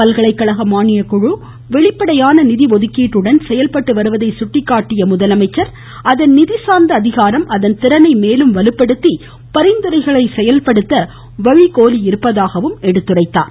பல்கலைகழக மானியக்குழு வெளிப்படையான நிதி ஒதுக்கீட்டுடன் செயல்பட்டு வருவதை சுட்டிக்காட்டிய அவர் அதன் நிதி சார்ந்த அதிகாரம் அதன் திறனை மேலும் வலுப்படுத்தி பரிந்துரைகளை செயல்படுத்த வழிகோலியிருப்பதாகவும் சுட்டிக்காட்டினார்